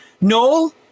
Noel